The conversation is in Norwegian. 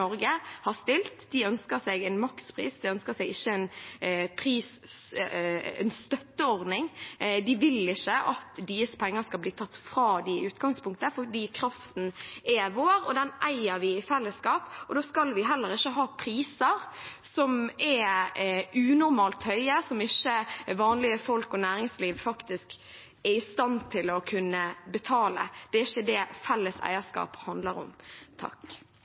Norge har stilt. De ønsker seg en makspris, de ønsker seg ikke en støtteordning, de vil ikke at deres penger skal bli tatt fra dem i utgangspunktet. For kraften er vår, og den eier vi i fellesskap, og da skal vi heller ikke ha priser som er unormalt høye, og som ikke vanlige folk og næringsliv faktisk er i stand til å kunne betale. Det er ikke det felles eierskap handler om.